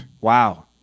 wow